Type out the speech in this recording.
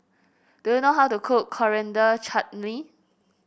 do you know how to cook Coriander Chutney